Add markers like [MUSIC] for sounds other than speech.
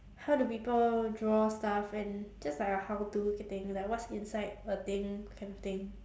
how do people draw stuff and just like a how to [NOISE] thing like what's inside a thing kind of thing